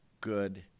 good